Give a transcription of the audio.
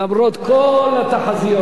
למרות כל התחזיות.